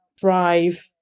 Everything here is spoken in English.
thrive